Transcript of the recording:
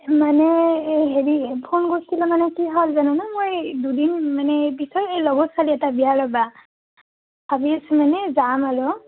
মানে এই হেৰি ফোন কৰিছিলোঁ মানে কি হ'ল জানানে মই এই দুদিন মানে এই কি কয় এই লগৰ ছোৱালী এটাৰ বিয়া ৰ'বা ভাবি আছোঁ মানে যাম আৰু